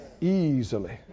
Easily